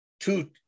Two